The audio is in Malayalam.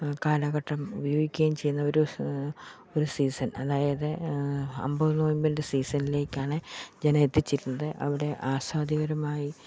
കാലഘട്ടം ഉപയോഗിക്കുകയും ചെയ്യുന്നൊരു സ് ഒരു സീസൺ അതായത് അമ്പത് നോയമ്പിൻ്റെ സീസണിലേക്കാണ് ജനമെത്തിച്ചേരുന്നത് അവിടെ ആസ്വാദ്യകരമായി